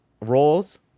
roles